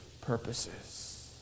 purposes